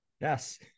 Yes